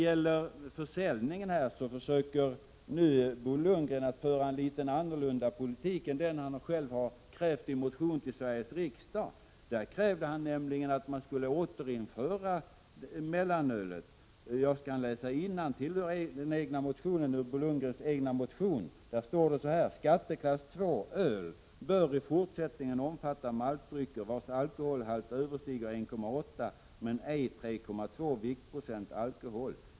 I frågan om försäljning av alkoholhaltiga drycker försöker Bo Lundgren att föra en annan politik än den han själv har krävt i en motion till Sveriges riksdag. I den kräver han nämligen att mellanölet skall återinföras. Så här står det i hans motion: ”Skatteklass 2 bör i fortsättningen omfatta maltdrycker, vars alkoholhalt överstiger 1,8 men ej 3,2 viktprocent alkohol.